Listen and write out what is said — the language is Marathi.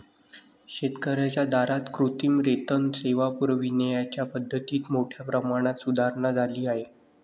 शेतकर्यांच्या दारात कृत्रिम रेतन सेवा पुरविण्याच्या पद्धतीत मोठ्या प्रमाणात सुधारणा झाली आहे